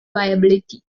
viability